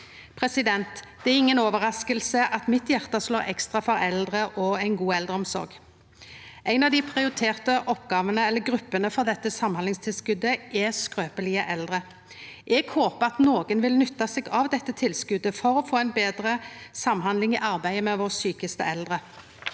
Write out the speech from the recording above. arbeidet. Det er ikkje overraskande at mitt hjarta slår ekstra for eldre og ei god eldreomsorg. Ei av dei prioriterte gruppene for dette samhandlingstilskotet er skrøpelege eldre. Eg håpar at nokon vil nytta seg av dette tilskotet for å få ei betre samhandling i arbeidet med våre sjukaste eldre.